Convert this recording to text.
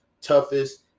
toughest